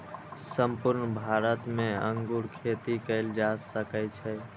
संपूर्ण भारत मे अंगूर खेती कैल जा सकै छै